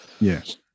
Yes